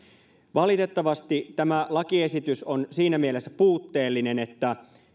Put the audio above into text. valitettavasti tämä lakiesitys on siinä mielessä puutteellinen että